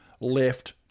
left